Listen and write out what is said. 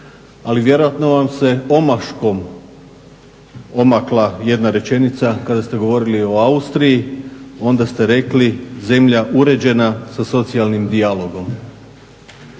ali vjerojatno vam se omaškom omakla jedna rečenica. Kada ste govorili o Austriji onda ste rekli zemlja uređena sa socijalnim dijalogom.